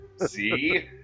see